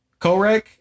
Korek